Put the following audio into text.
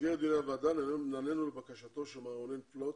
במסגרת דיוני הוועדה נענינו לבקשתו של מר רונן פלוט,